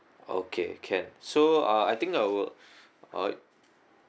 okay can so uh I think I will uh